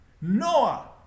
Noah